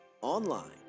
online